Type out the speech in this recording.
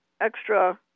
extra